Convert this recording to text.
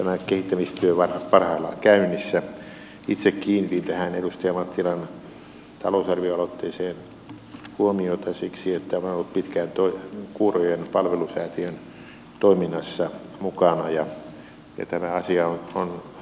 itse kiinnitin tähän edustaja mattilan talousarvioaloitteeseen huomiota siksi että olen ollut pitkään kuurojen palvelusäätiön toiminnassa mukana ja tämä asia on siinä mielessä minulle läheinen